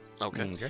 Okay